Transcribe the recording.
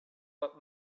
what